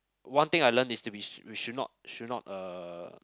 one thing I learnt is to be s~ we should not should not uh